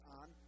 on